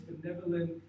benevolent